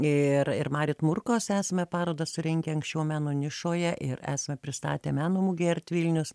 ir ir marit murkos esame parodą surengę anksčiau meno nišoje ir esame pristatę meno mugėje art vilnius